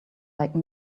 like